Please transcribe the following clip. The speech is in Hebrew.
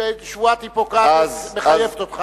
שבועת היפוקרטס מחייבת אותך.